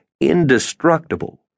indestructible